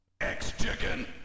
X-Chicken